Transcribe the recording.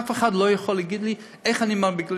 אף אחד לא יכול להגיד לי איך אני בעישון,